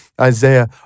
Isaiah